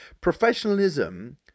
Professionalism